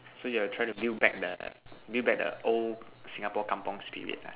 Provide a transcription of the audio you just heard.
so you are trying to build back the build back the old Singapore kampung spirit lah